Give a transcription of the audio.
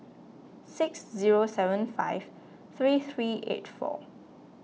six zero seven five three three eight four